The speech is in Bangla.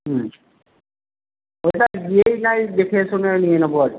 হুম ওটা গিয়েই নাহয় দেখেশুনে নিয়ে নেব আর